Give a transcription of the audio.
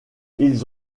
ils